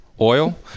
oil